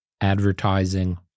advertising